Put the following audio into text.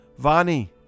Vani